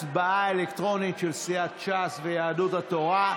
הצבעה אלקטרונית של סיעת ש"ס ויהדות התורה.